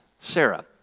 Sarah